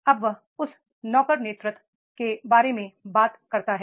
अब वह उस नौकर नेतृत्व के बारे में बात करता है